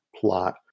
plot